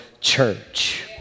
Church